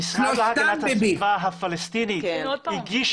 המשרד להגנת הסביבה הפלסטיני הגיש